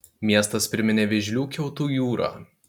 miestas priminė vėžlių kiautų jūrą